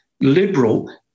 liberal